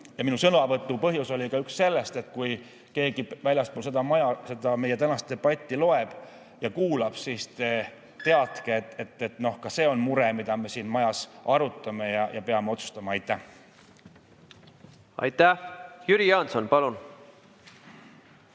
Minu sõnavõtu üks põhjus oli ka see, et kui keegi väljaspool seda maja meie tänast debatti loeb ja kuulab, siis teadke, et ka see on mure, mida me siin majas arutame ja peame otsustama. Aitäh! Aitäh! Jüri Jaanson, palun!